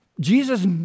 Jesus